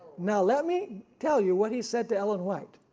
now let me tell you what he said to ellen white.